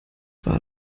war